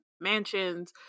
mansions